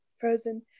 frozen